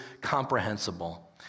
comprehensible